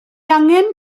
angen